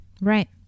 Right